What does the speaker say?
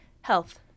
Health